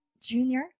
Junior